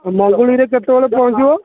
ମଙ୍ଗୁଳିରେ କେତେବେଳେ ପହଞ୍ଚିବ